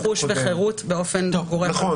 רכוש וחירות באופן גורף.